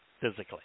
physically